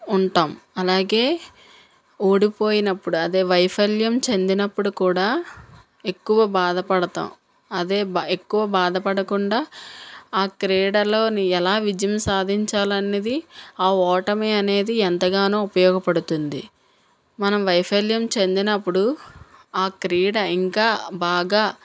ఉంటాం అలాగే ఓడిపోయినప్పుడు అదే వైఫల్యం చెందినప్పుడు కూడా ఎక్కువ బాధపడతాం అదే ఎక్కువ బాధపడకుండా ఆ క్రీడలోని ఎలా విజయం సాధించాలనేది ఆ ఓటమి అనేది ఎంతగానో ఉపయోగపడుతుంది మనం వైఫల్యం చెందినపుడు ఆ క్రీడ ఇంకా బాగా